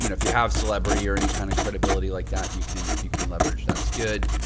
you know if you have celebrity or any kind of credibility like that, you can, you can leverage, that's good.